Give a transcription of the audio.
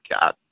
God